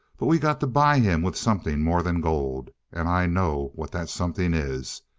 but we got to buy him with something more than gold. and i know what that something is.